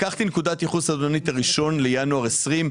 לקחתי כנקודת ייחוס את 1 בינואר 2020,